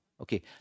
Okay